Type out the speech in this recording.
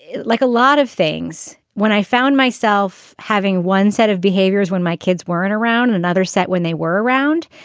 like a lot of things, when i found myself having one set of behaviors, when my kids weren't around, another set when they were around,